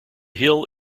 hill